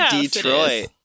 detroit